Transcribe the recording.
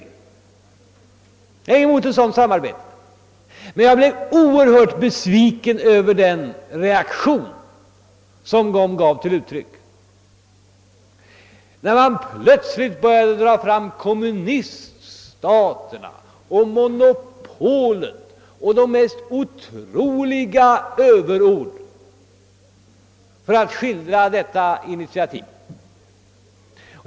Jag har ingenting emot ett sådant samarbete, men jag blev erhört besviken över den reaktion som kom till uttryck när man plötsligt började dra fram kommuniststater och monopol och ta till de mest otroliga överord för att beskriva detta initiativ.